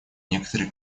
некоторые